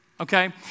Okay